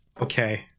Okay